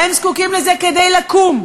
הם זקוקים לזה כדי לקום,